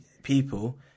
people